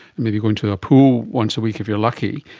maybe going to a pool once-a-week if you're lucky,